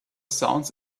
sounds